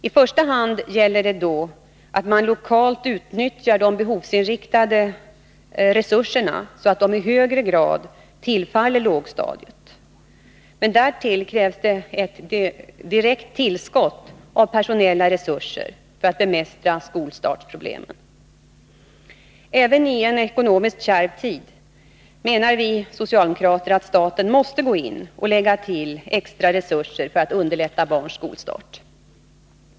I första hand gäller det då att lokalt utnyttja de behovsorienterade resurserna, så att de i högre grad tillfaller lågstadiet. Men därtill krävs ett direkt tillskott av personella resurser för att bemästra skolstartproblemen. Även i en ekonomiskt kärv tid menar vi socialdemokrater att staten måste gå in med extra resurser för att underlätta barnens skolstart.